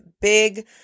big